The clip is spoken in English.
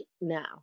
now